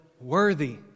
worthy